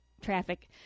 traffic